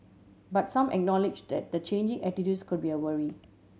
but some acknowledged that the changing attitudes could be a worry